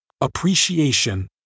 Appreciation